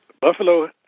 Buffalo